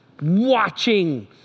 watching